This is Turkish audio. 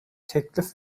teklif